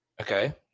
Okay